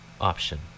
option